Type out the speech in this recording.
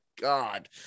God